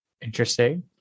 Interesting